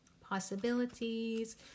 possibilities